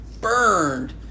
burned